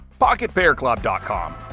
PocketPairClub.com